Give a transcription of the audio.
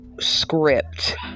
script